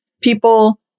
people